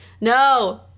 No